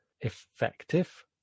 effective